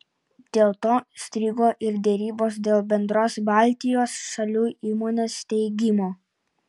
dėl to strigo ir derybos dėl bendros baltijos šalių įmonės steigimo